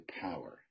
power